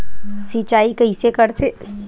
सिंचाई कइसे करथे?